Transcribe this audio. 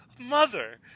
mother